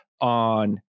on